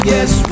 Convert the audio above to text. Yes